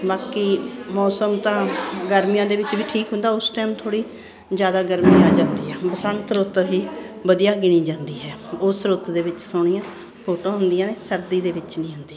ਬਾਕੀ ਮੌਸਮ ਤਾਂ ਗਰਮੀਆਂ ਦੇ ਵਿੱਚ ਵੀ ਠੀਕ ਹੁੰਦਾ ਉਸ ਟਾਈਮ ਥੋੜ੍ਹੀ ਜ਼ਿਆਦਾ ਗਰਮੀ ਆ ਜਾਂਦੀ ਆ ਬਸੰਤ ਰੁੱਤ ਹੀ ਵਧੀਆ ਗਿਣੀ ਜਾਂਦੀ ਹੈ ਉਸ ਰੁੱਤ ਦੇ ਵਿੱਚ ਸੋਹਣੀਆਂ ਫੋਟੋਆਂ ਹੁੰਦੀਆਂ ਨੇ ਸਰਦੀ ਦੇ ਵਿੱਚ ਨਹੀਂ ਹੁੰਦੀ